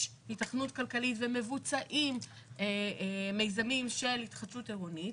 היתכנות כלכלית ומבוצעים מיזמים של התחדשות עירונית.